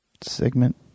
Segment